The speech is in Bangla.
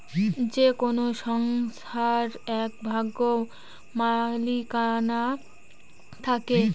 যে কোনো সংস্থার এক ভাগ মালিকানা থাকে